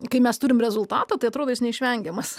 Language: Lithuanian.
kai mes turime rezultatą tai atrodo jis neišvengiamas